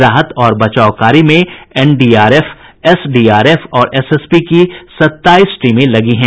राहत और बचाव कार्य में एनडीआरएफ एसडीआरएफ और एसएसबी की सत्ताईस टीमें लगी हैं